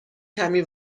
کمی